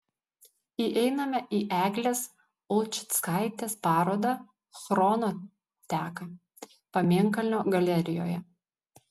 įeiname į eglės ulčickaitės parodą chrono teka pamėnkalnio galerijoje